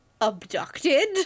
abducted